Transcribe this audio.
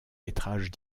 métrages